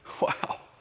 Wow